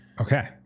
Okay